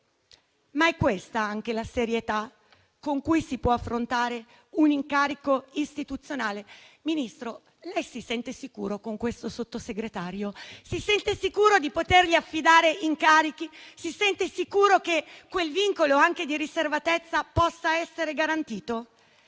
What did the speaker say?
Ma è questa la serietà con cui si può affrontare un incarico istituzionale? Ministro, lei si sente sicuro con questo Sottosegretario? Si sente sicuro di potergli affidare incarichi? Si sente sicuro che quel vincolo di riservatezza possa essere garantito?